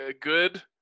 good